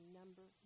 number